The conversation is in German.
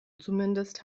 zumindest